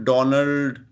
Donald